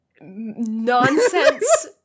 nonsense